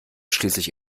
schließlich